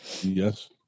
Yes